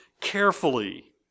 carefully